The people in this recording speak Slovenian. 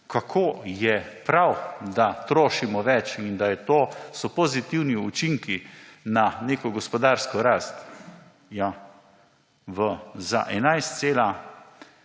kako je prav, da trošimo več in da so to pozitivni učinki na neko gospodarsko rast! Ja,